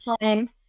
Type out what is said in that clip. time